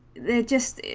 the existing